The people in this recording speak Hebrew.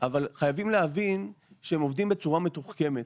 אבל חייבים להבין שהם עובדים בצורה מתוחכמת.